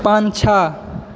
पाछाँ